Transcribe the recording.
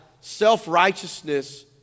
self-righteousness